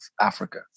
Africa